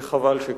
וחבל שכך.